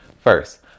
First